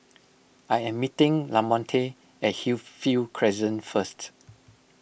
I am meeting Lamonte at Hillview Crescent first